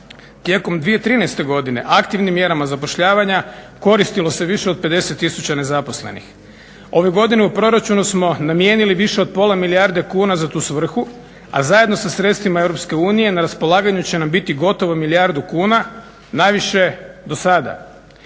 Tijekom 2013. godine aktivnim mjerama zapošljavanja koristilo se više od 50000 nezaposlenih. Ove godine u proračunu smo namijenili više od pola milijarde kuna za tu svrhu, a zajedno sa sredstvima EU na raspolaganju će nam biti gotovo milijardu kuna najviše do sada.